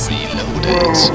Reloaded